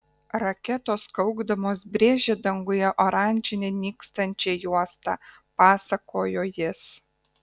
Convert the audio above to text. raketos kaukdamos brėžė danguje oranžinę nykstančią juostą pasakojo jis